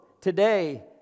Today